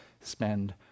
spend